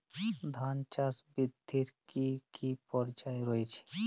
ধান চাষ বৃদ্ধির কী কী পর্যায় রয়েছে?